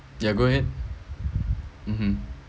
ya go ahead mmhmm